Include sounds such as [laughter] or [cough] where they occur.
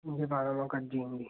[unintelligible] कटिजी वेंदी